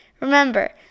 Remember